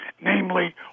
namely